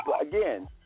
again